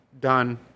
done